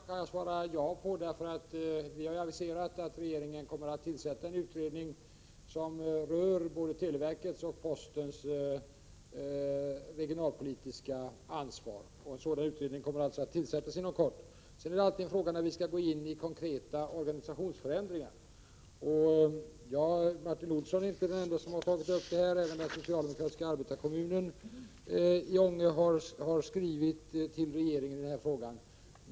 Fru talman! Den sista frågan kan jag svara ja på. Vi har ju aviserat att regeringen inom kort kommer att tillsätta en utredning som rör både televerkets och postens regionalpolitiska ansvar. Sedan kan det alltid diskuteras när vi skall gå in i konkreta organisationsförändringar. Martin Olsson är inte den enda som har tagit upp den här frågan. Den socialdemokratiska arbetarkommunen i Ånge har också skrivit till regeringen i den här frågan.